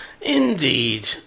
Indeed